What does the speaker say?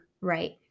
right